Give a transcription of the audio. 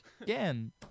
again